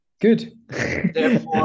Good